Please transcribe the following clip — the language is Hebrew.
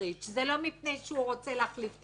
זה לא מפני שהוא רוצה להחליף את הממשלה.